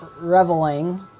reveling